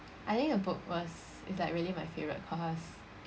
I think the book was is like really my favourite cause